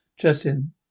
Justin